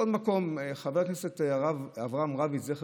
חבר הכנסת אברהם רביץ,